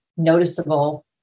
Noticeable